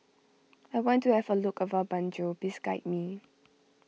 I want to have a look around Banjul please guide me